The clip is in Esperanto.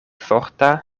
forta